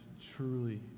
Truly